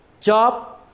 job